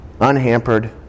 unhampered